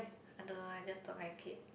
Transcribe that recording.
I don't know lah just don't like it